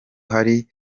hari